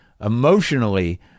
emotionally